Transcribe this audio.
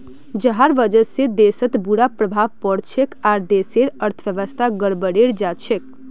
जहार वजह से देशत बुरा प्रभाव पोरछेक आर देशेर अर्थव्यवस्था गड़बड़ें जाछेक